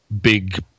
big